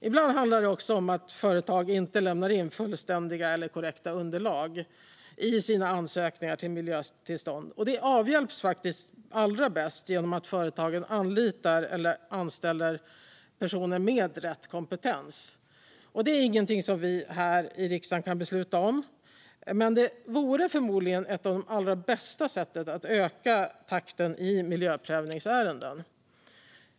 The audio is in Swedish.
Ibland handlar det också om att företag inte lämnar in fullständiga eller korrekta underlag i sina ansökningar om miljötillstånd. Det avhjälps faktiskt allra bäst genom att företagen anlitar eller anställer personer med rätt kompetens. Det är ingenting som vi här i riksdagen kan besluta om. Men det vore förmodligen ett av de allra bästa sätten att öka takten i miljöprövningsärenden.